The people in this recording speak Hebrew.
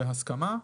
בהסכמה,